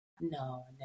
No